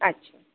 आच्छा